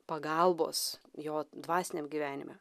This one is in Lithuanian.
pagalbos jo dvasiniam gyvenime